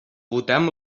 votem